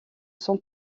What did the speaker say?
son